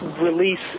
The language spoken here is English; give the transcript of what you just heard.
release